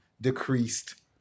decreased